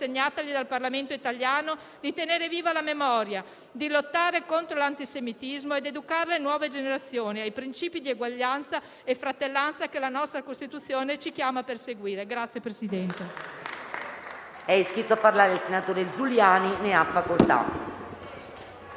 assegnatagli dal Parlamento italiano di tenere viva la memoria, di lottare contro l'antisemitismo ed educare le nuove generazioni ai principi di eguaglianza e fratellanza che la nostra Costituzione ci chiama a perseguire».